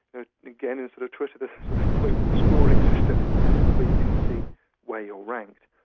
ah again, in sort of twitter there's a sort of global scoring system where you can see where you are ranked.